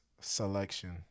selection